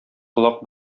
колак